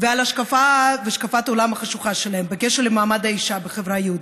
ועל השקפת העולם החשוכה שלהם בקשר למעמד האישה בחברה היהודית,